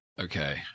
Okay